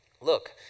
look